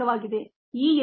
ಮತ್ತೆ ಸಿಗೋಣ